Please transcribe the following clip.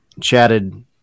chatted